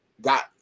got